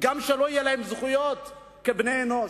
וגם שלא יהיו להם זכויות כבני אנוש?